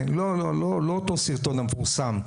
לא אותו סרטון מפורסם,